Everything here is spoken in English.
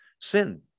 sin